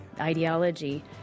ideology